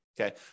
okay